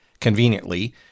conveniently